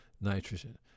nitrogen